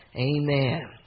amen